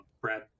Brad